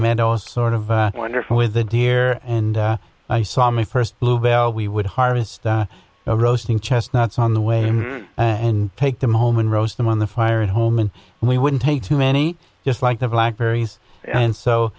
meadows sort of wonderful within here and i saw my first blue bell we would harvest a roasting chestnuts on the way and take them home and roast them on the fire at home and we wouldn't take too many just like the black berries and so